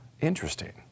interesting